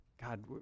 God